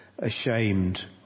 ashamed